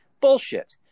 Bullshit